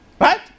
Right